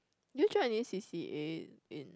did you join any C_C_A in